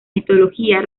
mitología